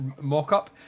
mock-up